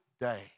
day